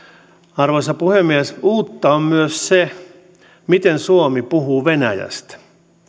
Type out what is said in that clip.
arvoisa puhemies uutta on myös se miten suomi puhuu venäjästä